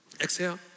Exhale